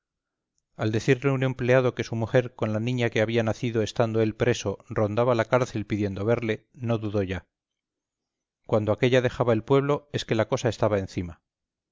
al decirle un empleado que su mujer con la niña que había nacido estando él preso rondaba la cárcel pidiendo verle no dudó ya cuando aquélla dejaba el pueblo es que la cosa estaba encima